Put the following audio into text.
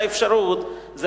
היתה אפשרות להכחיש.